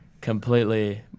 completely